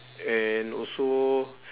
and also